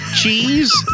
cheese